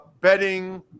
betting